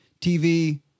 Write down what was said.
TV